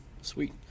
Sweet